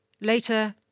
Later